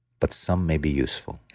but some may be useful,